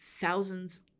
thousands